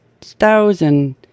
thousand